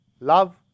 love